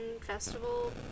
festival